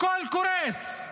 הכול קורס,